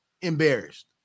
embarrassed